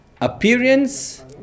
appearance